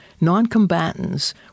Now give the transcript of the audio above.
non-combatants